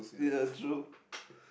yeah true